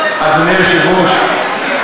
אדוני היושב-ראש,